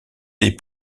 des